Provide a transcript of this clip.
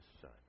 Son